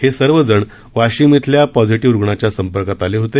हे सर्वजण वाशीम येथील पॉझिटिव्ह रुग्णाच्या संपर्कात आले होते